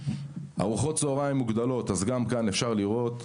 ארוחות צוהריים מוגדלות כאן בשקף אפשר לראות,